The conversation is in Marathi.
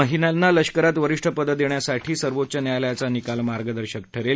महिलांना लष्करात वरिष्ठ पदे देण्यासाठी सर्वोच्च न्यायालयाचा निकालमार्गदर्शक ठरेल